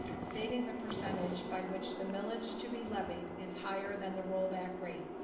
stating the percentage by which the millage to be levied is higher than the rollback rate,